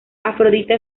afrodita